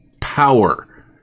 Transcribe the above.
power